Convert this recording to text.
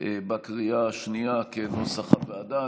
בקריאה השנייה כנוסח הוועדה.